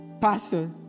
Pastor